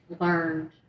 learned